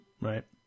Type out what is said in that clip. right